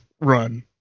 run